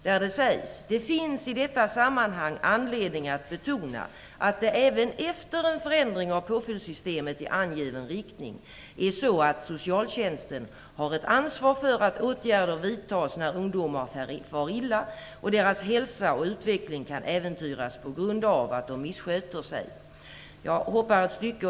Där sägs: "Det finns i detta sammanhang anledning att betona att det även efter en förändring av påföljdssystemet i angiven riktning är så att socialtjänsten har ett ansvar för att åtgärder vidtas när ungdomar far illa och deras hälsa och utveckling kan äventyras på grund av att de missköter sig." Jag hoppar över ett stycke.